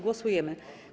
Głosujemy.